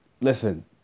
listen